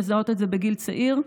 לזהות את זה בגיל צעיר.